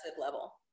level